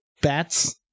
bats